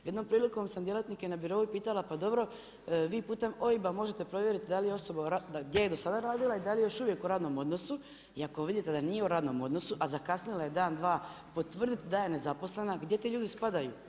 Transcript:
Jednom prilikom sam djelatnike na Birou, pitala, pa dobro vi putem OIB-a možete provjeriti da li je osoba, gdje je do sada radila i da li je još uvijek u radnom odnosu, i ako vidite da nije u radnom odnosu, a zakasnila je dan, dva, potvrditi da je nezaposlena, gdje ti ljudi spadaju?